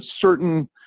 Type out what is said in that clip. certain